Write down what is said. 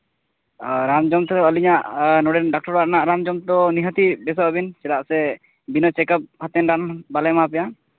ᱟᱨ ᱨᱟᱱ ᱡᱚᱢ ᱛᱮᱦᱚᱸ ᱟᱹᱞᱤᱧᱟᱜ ᱱᱚᱰᱮᱱᱟᱜ ᱰᱟᱠᱴᱚᱨ ᱟᱜ ᱨᱟᱱ ᱡᱚᱢ ᱛᱮᱫᱚ ᱱᱤᱦᱟᱹᱛ ᱜᱮ ᱵᱮᱥᱚᱜ ᱟᱹᱵᱤᱱ ᱪᱮᱫᱟᱜ ᱥᱮ ᱵᱤᱱᱟᱹ ᱪᱮᱠᱟᱯ ᱠᱟᱛᱮᱫ ᱨᱟᱱ ᱵᱟᱞᱮ ᱮᱢᱟ ᱯᱮᱭᱟ